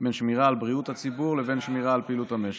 בין שמירה על בריאות הציבור לבין שמירה על פעילות המשק.